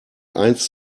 eins